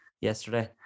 yesterday